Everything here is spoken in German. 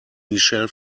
michelle